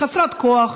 חסרת כוח,